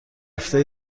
رفته